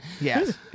Yes